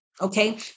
okay